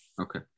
okay